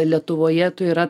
lietuvoje tu yra